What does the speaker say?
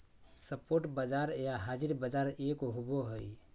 spot बाजार या हाज़िर बाजार एक होबो हइ